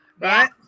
right